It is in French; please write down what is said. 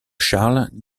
charles